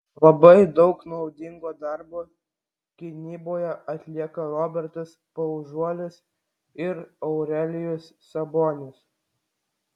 labai daug naudingo darbo gynyboje atlieka robertas paužuolis ir aurelijus sabonis